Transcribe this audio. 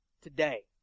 Today